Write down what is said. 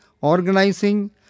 organizing